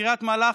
קריית מלאכי,